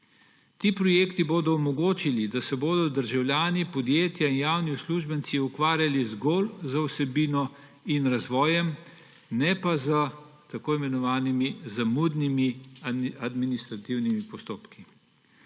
Ti projekti bo omogočili, da se bodo državljani, podjetja, javni uslužbenci ukvarjali zgolj z vsebino in razvojem, ne pa s tako imenovanimi zamudnimi administrativnimi postopki.